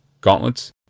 gauntlets